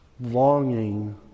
longing